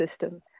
system